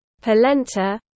polenta